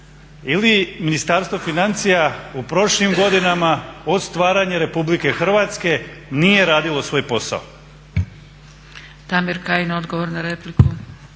ili Ministarstvo financija u prošlim godinama od stvaranja Republike Hrvatske nije radilo svoj posao. **Zgrebec, Dragica